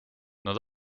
nad